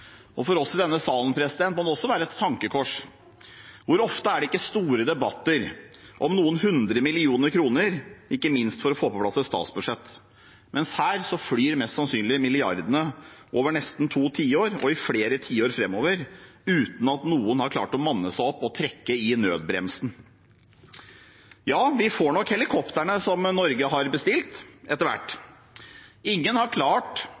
og investeringer. Og for oss i denne salen må det også være et tankekors. Hvor ofte er det ikke store debatter om noen hundre millioner kroner, ikke minst for å få på plass et statsbudsjett? Men her flyr mest sannsynlig milliardene over nesten to tiår – og i flere tiår framover – uten at noen har klart å manne seg opp og trekke i nødbremsen. Ja, vi får nok helikoptrene som Norge har bestilt – etter hvert. Ingen har klart